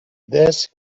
desk